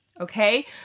okay